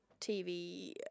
TV